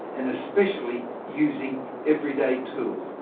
and especially using everyday tools.